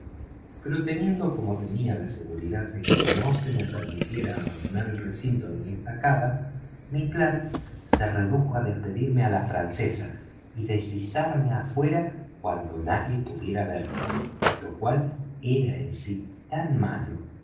pero teniendo como tenía la seguridad de que no se me permitiera abandonar el recinto de la estacada mi plan se redujo á despedirme á la francesa y deslizarme afuera cuando nadie pudiera verme lo cual era en sí tan malo